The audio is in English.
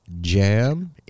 Jam